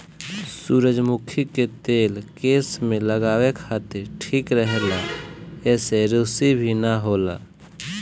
सुजरमुखी के तेल केस में लगावे खातिर ठीक रहेला एसे रुसी भी ना होला